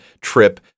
trip